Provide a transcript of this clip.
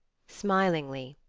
smilingly,